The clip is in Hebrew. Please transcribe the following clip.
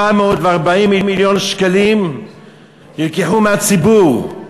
440 מיליון שקלים נלקחו מהציבור.